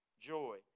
Joy